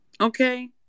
Okay